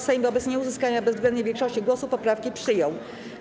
Sejm wobec nieuzyskania bezwzględnej większości głosów poprawki przyjął.